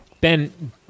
Ben